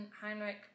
Heinrich